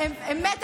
אמת,